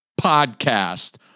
podcast